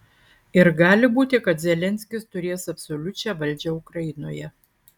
ir gali būti kad zelenskis turės absoliučią valdžią ukrainoje